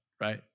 Right